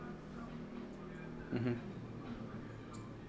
(uh huh)